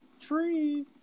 tree